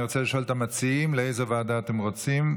אני רוצה לשאול את המציעים: לאיזו ועדה אתם רוצים?